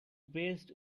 best